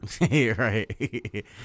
Right